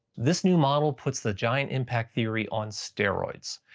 this new model puts the giant impact theory on steroids.